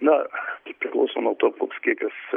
na priklauso nuo to koks kiekis